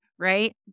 right